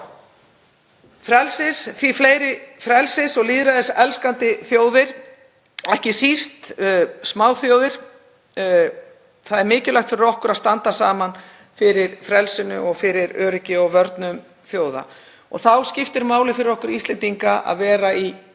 ekki. Því fleiri frelsis- og lýðræðiselskandi þjóðir, ekki síst smáþjóðir — það er mikilvægt fyrir okkur að standa saman fyrir frelsinu og fyrir öryggi og vörnum þjóða. Og þá skiptir máli fyrir okkur Íslendinga að vera í